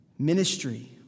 Ministry